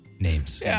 Names